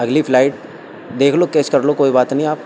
اگلی فلائٹ دیکھ لو کیش کر لو کوئی بات نہیں آپ